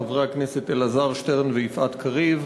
חברי הכנסת אלעזר שטרן ויפעת קריב,